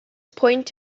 point